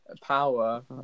power